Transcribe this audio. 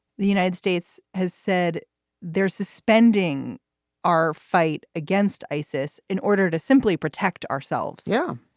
the united states has said they're suspending our fight against isis in order to simply protect ourselves. yeah,